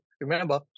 remember